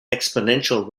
exponential